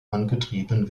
angetrieben